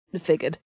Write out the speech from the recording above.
Figured